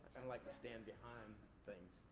um like to stand behind things.